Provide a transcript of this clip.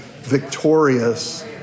victorious